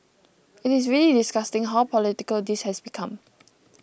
it is really disgusting how political this has become